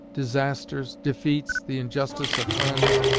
disasters, defeats, the injustice of friends,